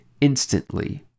instantly